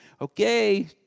okay